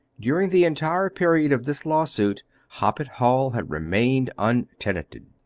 during the entire period of this law-suit hoppet hall had remained untenanted.